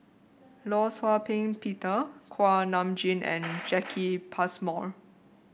Law Shau Ping Peter Kuak Nam Jin and Jacki Passmore